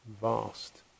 vast